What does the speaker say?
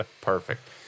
Perfect